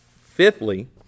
Fifthly